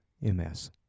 MS